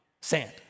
sand